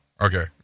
Okay